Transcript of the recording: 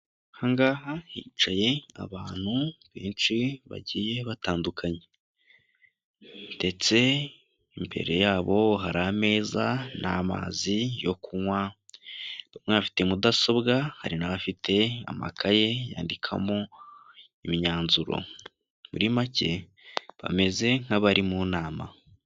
Aha ngaha hicaye abantu benshi, bagiye batandukanye, ndetse mbere yabo hari ameza, n'amazi yo kunywa, bamwe bafite mudasobwa, hari n'abafite amakaye yandikamo imyanzuro, muri make bameze nk'abari mu nama.